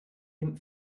dem